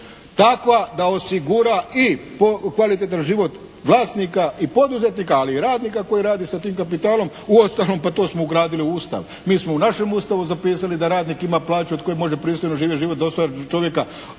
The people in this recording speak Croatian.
takva da osigura i kvalitetan život vlasnika i poduzetnika, ali i radnika koji radi sa tim kapitalom. Uostalom pa to smo ugradili u Ustav. Mi smo u našem Ustavu zapisali da radnik ima plaću od koje može pristojno živjeti, život dostojan čovjeka,